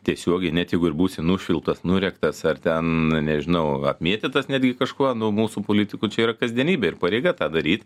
tiesiogiai net jeigu ir būsi nušvilptas nurėktas ar ten nežinau apmėtytas netgi kažkuo nu mūsų politikų čia yra kasdienybė ir pareiga tą daryti